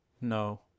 No